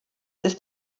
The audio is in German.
ist